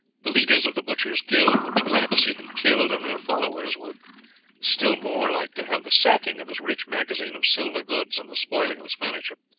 the leaders of the butchers' guild would be glad to see him killed, and their followers would still more like to have the sacking of his rich magazine of silver goods and the spoiling of his furniture.